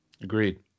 Agreed